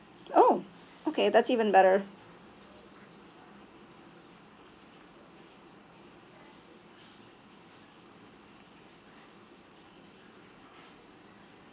oh okay that's even better